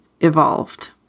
evolved